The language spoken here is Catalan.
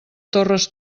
torres